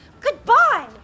goodbye